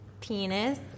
penis